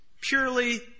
purely